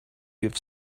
have